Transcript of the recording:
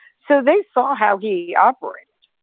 so they saw how he operated.